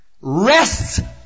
rests